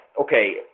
Okay